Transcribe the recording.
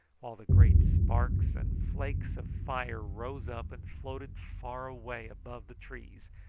while the great sparks and flakes of fire rose up and floated far away above the trees,